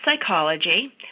Psychology